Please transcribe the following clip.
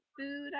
food